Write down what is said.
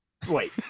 Wait